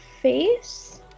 face